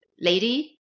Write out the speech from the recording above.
lady